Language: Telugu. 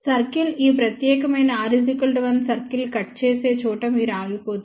సర్కిల్ ఈ ప్రత్యేకమైన r 1 సర్కిల్ కట్ చేసే చోట మీరు ఆగిపోతారు